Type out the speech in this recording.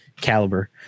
caliber